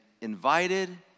invited